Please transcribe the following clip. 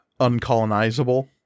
uncolonizable